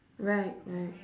right right